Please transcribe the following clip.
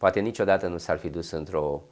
but in each of that in the south you do central